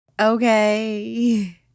Okay